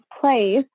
place